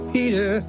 Peter